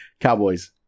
Cowboys